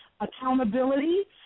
accountability